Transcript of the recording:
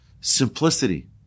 Simplicity